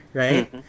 right